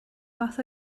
fath